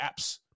apps